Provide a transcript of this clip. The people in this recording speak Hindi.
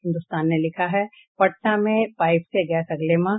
हिन्दुस्तान ने लिखा है पटना में पाइप से गैस अगले माह